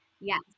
Yes